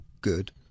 good